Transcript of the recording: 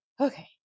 Okay